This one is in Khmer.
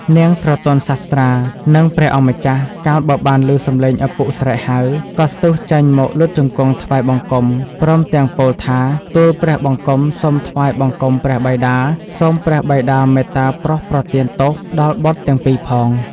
នាងស្រទន់សាស្ត្រា និងព្រះអង្គម្ចាស់ កាលបើបានលឺសម្លេងឪពុកស្រែកហៅ ក៏ស្ទុះចេញមកលុតជង្គង់ថ្វាយបង្គំ ព្រមទាំងពោលថា ទូលព្រះបង្គំសូមថ្វាយបង្គំព្រះបិតា សូមព្រះបិតាមេត្តាប្រោសប្រទានទោសដល់បុត្រទាំងពីរផង។